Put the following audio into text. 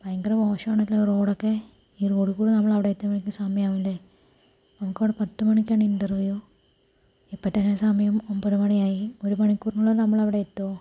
ഭയങ്കര മോശാണല്ലോ റോഡൊക്കെ ഈ റോഡിക്കൂടെ നമ്മളവിടെ എത്തുമ്പോഴേക്കും സമായാവൂലേ നമുക്കവിടെ പത്തുമണിക്കാണ് ഇന്റർവ്യൂ ഇപ്പം തന്നെ സമയം ഒമ്പത് മണിയായി ഒരു മണിക്കൂറിനുള്ളിൽ നമ്മളവിടെ എത്തുമോ